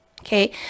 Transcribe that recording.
okay